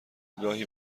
گاهی